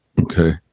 Okay